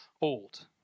old